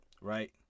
right